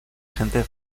gente